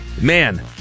man